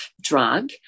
drug